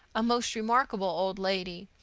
a most remarkable old lady.